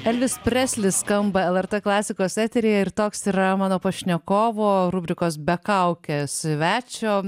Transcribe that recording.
elvis preslis skamba lrt klasikos eteryje ir toks yra mano pašnekovo rubrikos be kaukės svečio